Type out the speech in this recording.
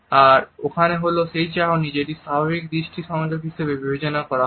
আর ওখানে হল সেই চাহনি যেটিকে স্বাভাবিক দৃষ্টি সংযোগ হিসেবে বিবেচনা করা হয়